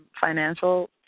financial